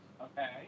Okay